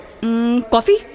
Coffee